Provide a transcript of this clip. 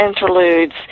interludes